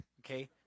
okay